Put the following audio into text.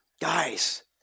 guys